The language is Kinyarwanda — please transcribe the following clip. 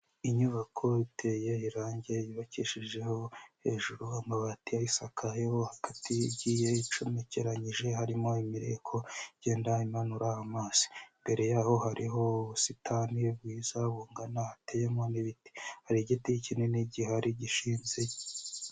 Inyubako iteye irangi yubakishijeho hejuru amabati ayisakayeho, hagati igiye icomekeranyije, harimo imireko igenda imanura amazi, imbere yaho hariho ubusitani bwiza bungana hateyemo n'ibiti, hari igiti kinini gihari gishinze...